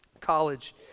college